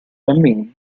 bambini